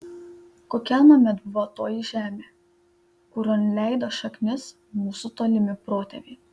kokia anuomet buvo toji žemė kurion leido šaknis mūsų tolimi protėviai